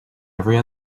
every